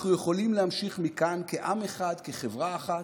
אנחנו יכולים להמשיך מכאן כעם אחד, כחברה אחת,